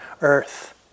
Earth